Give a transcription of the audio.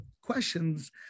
questions